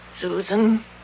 Susan